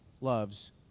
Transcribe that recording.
loves